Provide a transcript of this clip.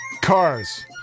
Cars